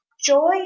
Joy